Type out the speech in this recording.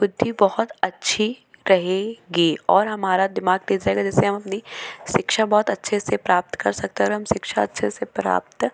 बुद्धि बहुत अच्छी रहेगी और हमारा दिमाग के हम अपनी शिक्षा बहुत अच्छे से प्राप्त कर सकते और हम शिक्षा अच्छे से प्राप्त